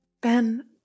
Ben